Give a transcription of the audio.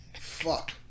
fuck